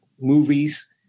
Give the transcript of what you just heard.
movies